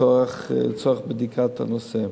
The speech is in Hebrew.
לצורך בדיקת הנושא.